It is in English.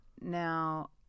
Now